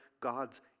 God's